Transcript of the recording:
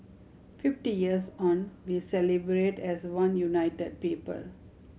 fifty years on we celebrate as one united people